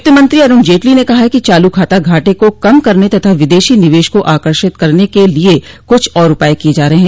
वित्त मंत्री अरूण जेटली ने कहा है कि चालूखाता घाटे को कम करने तथा विदेशी निवेश को आकर्षित करने के लिए कुछ और उपाय किये जा रहे हैं